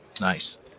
Nice